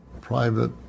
private